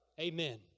Amen